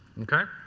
okay.